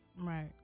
Right